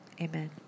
Amen